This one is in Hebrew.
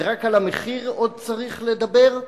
ורק על המחיר עוד צריך לדבר?